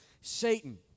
Satan